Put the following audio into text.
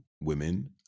Women